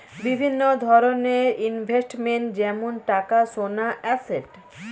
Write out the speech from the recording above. বিভিন্ন ধরনের ইনভেস্টমেন্ট যেমন টাকা, সোনা, অ্যাসেট